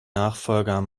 nachfolger